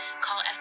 Call